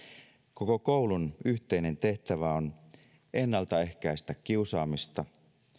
koko koulun yhteinen tehtävä on ennaltaehkäistä kiusaamista